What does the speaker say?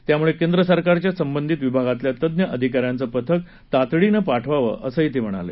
त्यामुळे केंद्र सरकारच्या संबंधित विभागातल्या तज्ञ अधिकाऱ्यांचे पथक तातडीनं पाठवावं असं ते म्हणाले